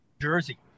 jersey